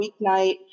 weeknight